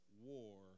war